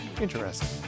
Interesting